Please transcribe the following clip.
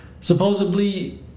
supposedly